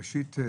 ראשית,